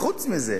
וחוץ מזה,